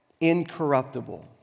incorruptible